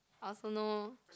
I also know